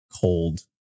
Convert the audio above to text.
cold-